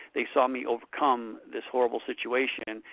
they saw me overcome this horrible situation,